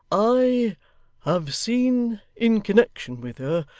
i have seen in connection with her,